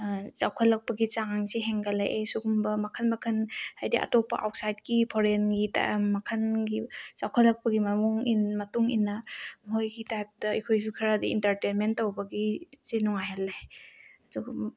ꯆꯥꯎꯈꯠꯂꯛꯄꯒꯤ ꯆꯥꯡꯁꯤ ꯍꯦꯟꯒꯠꯂꯛꯑꯦ ꯁꯤꯒꯨꯝꯕ ꯃꯈꯜ ꯃꯈꯜ ꯍꯥꯏꯗꯤ ꯑꯇꯣꯞꯄ ꯑꯥꯎꯠꯁꯥꯏꯠꯀꯤ ꯐꯣꯔꯦꯟꯒꯤ ꯃꯈꯜꯒꯤ ꯆꯥꯎꯈꯠꯂꯛꯄꯒꯤ ꯃꯇꯨꯡ ꯏꯟꯅ ꯃꯈꯣꯏꯒꯤ ꯇꯥꯏꯞꯇ ꯑꯩꯈꯣꯏꯁꯨ ꯈꯔꯗꯤ ꯏꯟꯇꯔꯇꯦꯟꯃꯦꯟ ꯇꯧꯕꯒꯤ ꯁꯤ ꯅꯨꯡꯉꯥꯏꯍꯜꯂꯦ